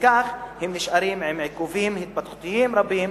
וכך הם נשארים עם עיכובים התפתחותיים רבים,